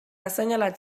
assenyalat